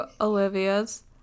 Olivia's